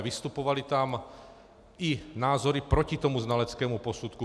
Vystupovaly tam i názory proti tomu znaleckému posudku.